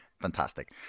fantastic